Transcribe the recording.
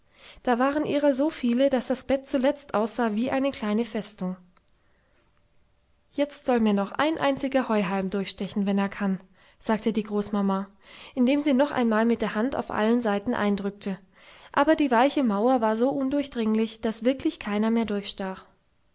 da waren ihrer so viele daß das bett zuletzt aussah wie eine kleine festung jetzt soll mir noch ein einziger heuhalm durchstechen wenn er kann sagte die großmama indem sie noch einmal mit der hand auf allen seiten eindrückte aber die weiche mauer war so undurchdringlich daß wirklich keiner mehr